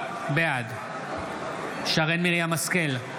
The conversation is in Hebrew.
בעד שרן מרים השכל,